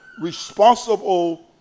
responsible